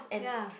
ya